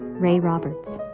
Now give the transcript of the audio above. ray roberts.